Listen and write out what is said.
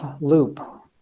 loop